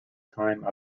time